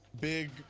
big